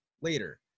later